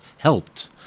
helped